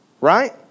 Right